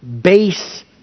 base